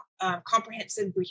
comprehensive